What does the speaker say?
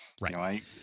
Right